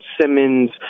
Simmons